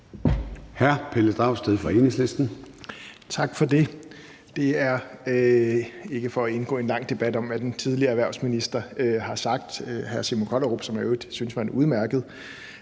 Tak for det. Det er ikke for at indgå en lang debat om, hvad den tidligere erhvervsminister har sagt – hr. Simon Kollerup, som jeg i øvrigt synes var en udmærket